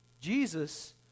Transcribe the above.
Jesus